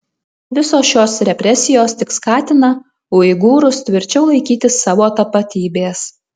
visos šios represijos tik skatina uigūrus tvirčiau laikytis savo tapatybės